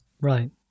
Right